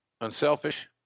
unselfish